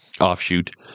offshoot